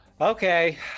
Okay